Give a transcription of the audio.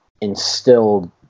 instilled